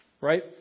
right